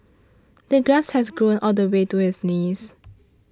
the grass had grown all the way to his knees